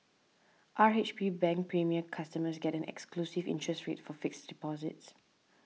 R H B Bank Premier customers get an exclusive interest rate for fixed deposits